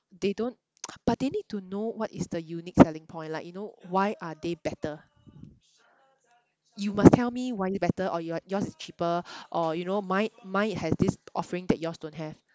they don't but they need to know what is the unique selling point like you know why are they better you must tell me why you better or your yours is cheaper or you know mine mine has this offering that yours don't have